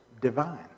divine